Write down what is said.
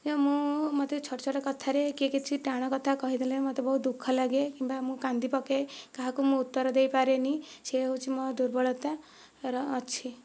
ଯେ ମୁଁ ମୋତେ ଛୋଟ ଛୋଟ କଥାରେ କିଏ କିଛି ଟାଣ କଥା କହିଦେଲେ ମୋତେ ବହୁତ ଦୁଃଖ ଲାଗେ କିମ୍ବା ମୁଁ କାନ୍ଦି ପକାଏ କାହାକୁ ମୁଁ ଉତ୍ତର ଦେଇପାରେନି ସେ ହେଉଛି ମୋ ଦୁର୍ବଳତାର ଅଛି